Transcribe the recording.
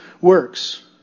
works